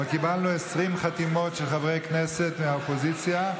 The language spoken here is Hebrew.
אבל קיבלנו 20 חתימות של חברי הכנסת מהאופוזיציה.